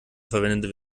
verwendet